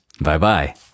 Bye-bye